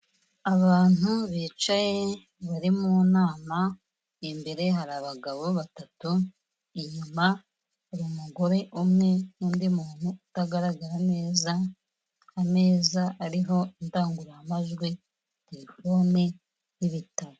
Abantu bicaye bari mu nama imbere hari abagabo batatu, inyuma hari umugore umwe n'undi muntu utagaragara neza, ameza ariho indangururamajwi, terefone n'ibitabo.